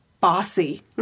bossy